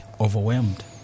Overwhelmed